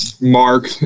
Mark